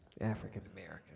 African-American